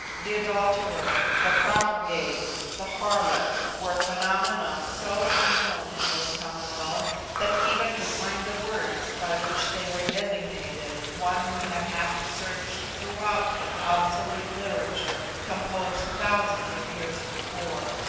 the adulterer, the profligate, the harlot, were phenomena so unknown in this commonwealth, that even to find the words by which they were designated one would have had to search throughout an obsolete literature composed thousands of years before.